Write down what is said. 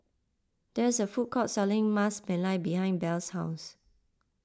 there is a food court selling Ras Malai behind Belle's house